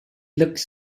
looks